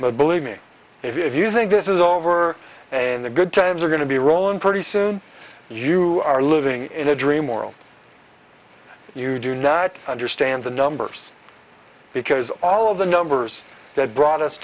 but believe me if you think this is over and the good times are going to be wrong pretty soon you are living in a dream world you do not understand the numbers because all of the numbers that brought us